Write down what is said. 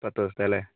പത്തു ദിവസത്തെയല്ലേ